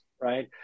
right